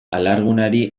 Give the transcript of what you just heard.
alargunari